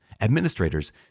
administrators